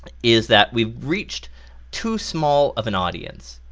and is that we've reached too small of an audience